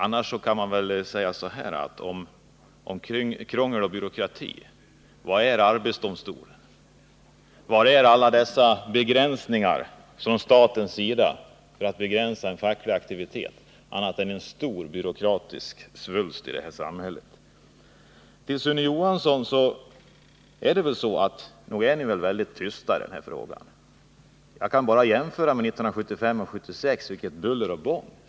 Annars kan jag väl säga om krångel och byråkrati: Vad är arbetsdomstolen och vad är alla dessa regler som staten sätter upp i avsikt att begränsa facklig aktivitet annat än en stor byråkratisk svulst i det här samhället? Till Sune Johansson vill jag säga att nog är ni väldigt tysta i den här frågan. Jag kan bara jämföra med vilket buller och bång det var 1975 och 1976.